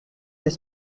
des